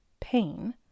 pain